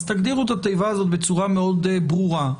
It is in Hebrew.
אז תגדירו את התיבה הזאת בצורה מאוד ברורה,